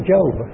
Job